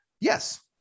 Yes